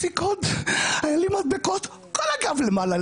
היה לי מדבקות כל הגב למעלה,